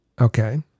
Okay